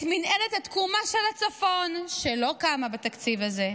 את מינהלת התקומה של הצפון, שלא קמה בתקציב הזה,